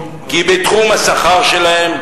כי בתחום השכר שלהם,